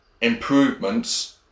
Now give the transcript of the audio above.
improvements